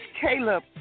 Caleb